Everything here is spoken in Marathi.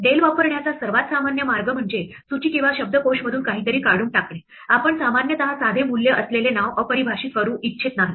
डेल वापरण्याचा सर्वात सामान्य मार्ग म्हणजे सूची किंवा शब्दकोशमधून काहीतरी काढून टाकणे आपण सामान्यत साधे मूल्य असलेले नाव अपरिभाषित करू इच्छित नाही